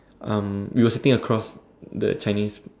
um we were sitting across the Chinese